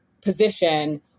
position